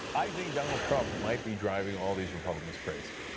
i think donald trump might be driving all these republicans crazy.